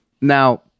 Now